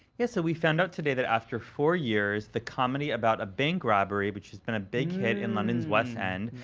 yeah, so we found today that after four years, the comedy about a bank robbery, which has been a big hit in london's west end,